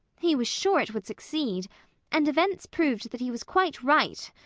he was sure it would succeed and events proved that he was quite right.